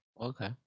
Okay